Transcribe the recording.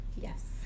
Yes